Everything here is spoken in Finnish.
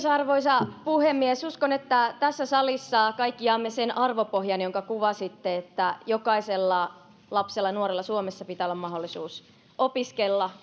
arvoisa puhemies uskon että tässä salissa kaikki jaamme sen arvopohjan jonka kuvasitte että jokaisella lapsella ja nuorella suomessa pitää olla mahdollisuus opiskella